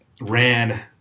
ran